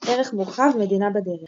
ערך מורחב – מדינה בדרך